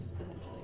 essentially